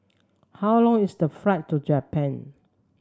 how long is the flight to Japan